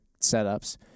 setups